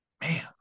Man